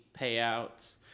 payouts